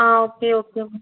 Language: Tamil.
ah okay okay ma'am